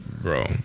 bro